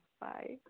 Bye